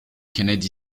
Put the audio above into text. kennedy